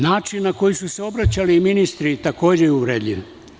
Način na koji su se obraćali ministri takođe je uvredljiv.